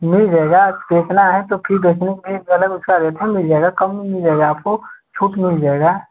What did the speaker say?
मिल जाएगा देखना है तो फिर देखने में उसका मिल जाएगा कम मिल जाएगा आपको छूट मिल जाएगा